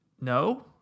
No